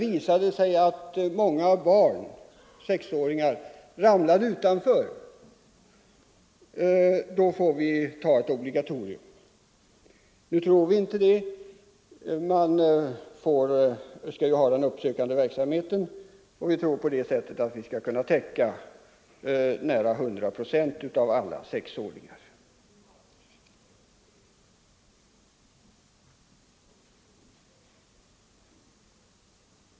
Visar det sig att många sexåringar faller utanför, så får vi ta ett obligatorium. Nu tror vi inte det. Vi skall ha en uppsökande verksamhet, och den tror vi skall göra att vi får en täckning på nära 100 procent av alla sexåringar.